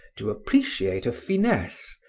to appreciate a finesse,